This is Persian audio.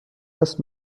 است